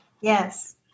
Yes